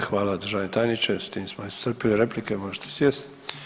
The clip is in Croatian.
E hvala državni tajniče, s tim smo iscrpili replike, možete sjesti.